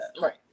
Right